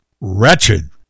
wretched